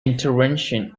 intervention